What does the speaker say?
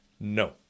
No